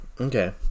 Okay